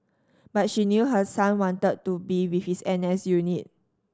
but she knew her son wanted to be with his N S unit